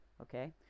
okay